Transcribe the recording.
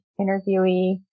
interviewee